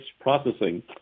processing